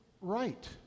right